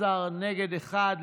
אחד.